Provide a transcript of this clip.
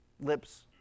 lips